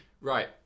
right